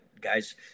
guys